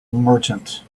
merchant